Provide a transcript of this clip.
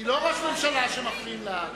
היא לא ראש הממשלה שמפריעים לה.